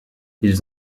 ils